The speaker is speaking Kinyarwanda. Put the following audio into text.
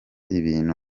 ibintu